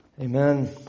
Amen